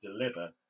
deliver